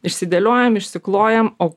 išsidėliojam išsiklojam o